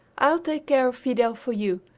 i'll take care of fidel for you!